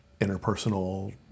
interpersonal